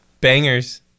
bangers